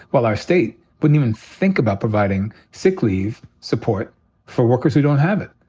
while our state wouldn't even think about providing sick leave support for workers who don't have it.